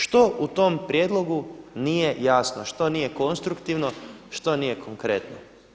Što u tom prijedlogu nije jasno, što nije konstruktivno, što nije konkretno?